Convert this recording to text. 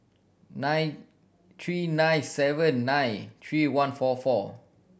nine three nine seven nine three one four four